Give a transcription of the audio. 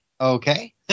Okay